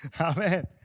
Amen